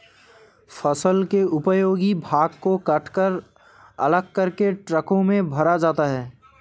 फसल के उपयोगी भाग को कटकर अलग करके ट्रकों में भरा जाता है